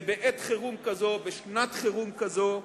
זה בעת חירום כזו, בשנת חירום כזו.